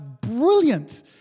brilliant